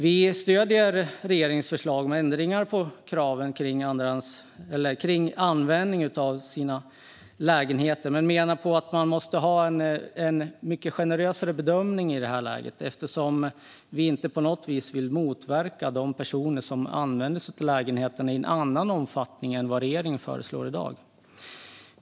Vi stöder regeringens förslag med ändringar av kraven på användningen av lägenheter. Men vi menar att det måste vara en mycket mer generös bedömning i detta läge, eftersom vi inte på något sätt vill motarbeta de personer som använder lägenheterna i en annan omfattning än vad regeringen föreslår i propositionen.